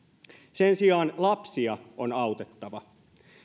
sen sijaan lapsia on autettava